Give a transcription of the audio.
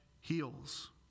heals